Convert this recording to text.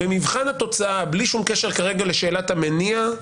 במבחן התוצאה, בלי שום התייחסות כרגע לשאלת המניע,